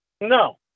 No